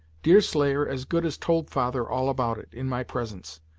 deerslayer as good as told father all about it, in my presence,